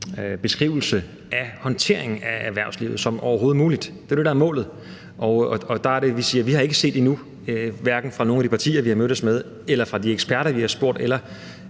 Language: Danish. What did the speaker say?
beskrivelse af håndteringen af erhvervslivet som overhovedet muligt. Det er jo det, der er målet. Og der er det, at vi siger: Vi har endnu ikke set – hverken fra nogen af de partier, vi har mødtes med, eller fra de eksperter, vi har spurgt, eller